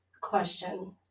question